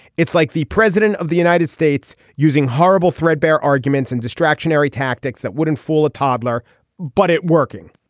it's like the president of the united states using horrible threadbare arguments and distraction airy tactics that wouldn't fool a toddler but it working.